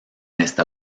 esta